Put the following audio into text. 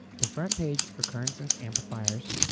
the front page for current sense amplifiers,